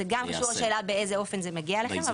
זה גם קשור לשאלה באיזה אופן זה מגיע אליכם.